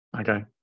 Okay